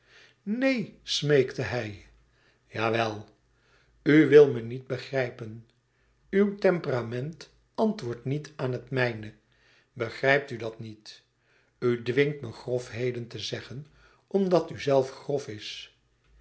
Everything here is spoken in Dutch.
neen smeekte hij jawel u wil me niet begrijpen uw temperament antwoordt niet aan het mijne begrijpt u dat niet u dwingt me grofheden te zeggen omdat u zelf grof is